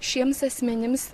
šiems asmenims